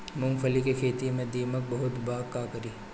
मूंगफली के खेत में दीमक बहुत बा का करी?